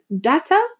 data